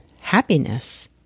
happiness